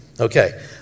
Okay